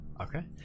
Okay